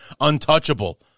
untouchable